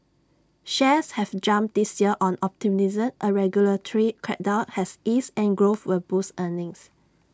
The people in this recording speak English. shares have jumped this year on optimism A regulatory crackdown has eased and growth will boost earnings